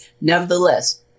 Nevertheless